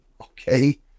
okay